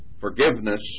forgiveness